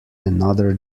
another